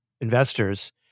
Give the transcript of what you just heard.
investors